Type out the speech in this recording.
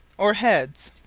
or heads.